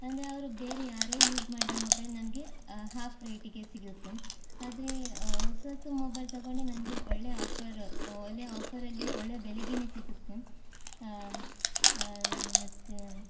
ಅಂದರೆ ಅವರು ಬೇರೆ ಯಾರೋ ಯೂಸ್ ಮಾಡಿದ ಮೊಬೈಲ್ ನಮಗೆ ಹಾಫ್ ರೇಟಿಗೆ ಸಿಗುತ್ತೆ ಆದರೆ ಹೊಸತು ಮೊಬೈಲ್ ತಗೊಂಡರೆ ನಮಗೆ ಒಳ್ಳೆಯ ಆಫರ್ ಒಳ್ಳೆ ಆಫರಲ್ಲಿ ಒಳ್ಳೆಯ ಬೆಲೆಗೆನೇ ಸಿಗುತ್ತೆ ಮತ್ತು